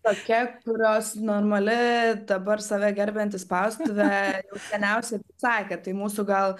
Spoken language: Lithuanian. tokia kurios normali dabar save gerbianti spaustuvė jau seniausiai atsisakė tai mūsų gal